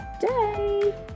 day